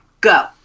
Go